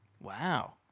Wow